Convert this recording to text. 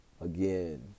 again